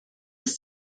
ist